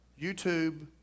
YouTube